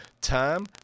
Time